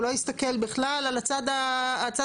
הוא לא הסתכל בכלל על הצד הבריאותי,